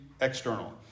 external